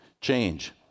change